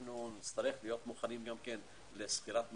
נצטרך להיות מוכנים גם לשכירת מקומות,